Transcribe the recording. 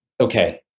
Okay